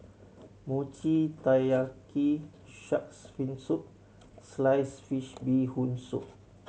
Mochi Taiyaki Shark's Fin Soup sliced fish Bee Hoon Soup